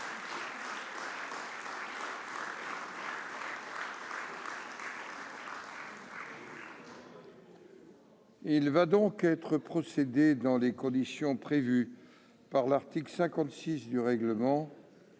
Il va y être procédé dans les conditions fixées par l'article 56 du règlement.